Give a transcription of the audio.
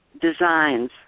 designs